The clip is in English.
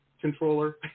controller